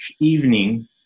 evening